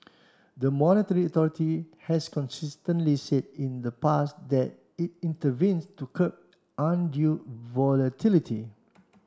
the monetary authority has consistently said in the past that it intervenes to curb undue volatility